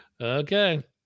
Okay